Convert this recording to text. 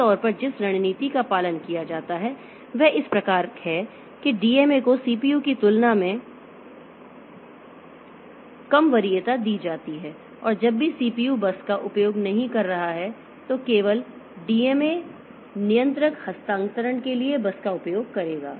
आम तौर पर जिस रणनीति का पालन किया जाता है वह इस प्रकार है कि डीएमए को सीपीयू की तुलना में कम वरीयता दी जाती है और जब भी सीपीयू बस का उपयोग नहीं कर रहा है तो केवल डीएमए नियंत्रक हस्तांतरण के लिए बस का उपयोग करेगा